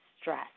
stress